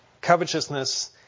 covetousness